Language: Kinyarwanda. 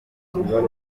zihitana